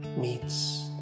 meets